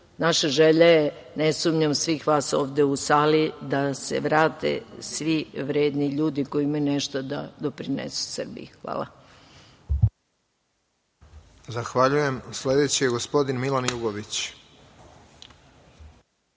Naša želja je, ne sumnjam svih nas ovde u sali, da nam se vrate svi vredni ljudi koji imaju nešto da doprinesu Srbiji. Hvala.